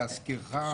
להזכירך,